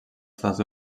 estats